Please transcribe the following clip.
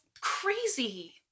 crazy